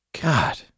God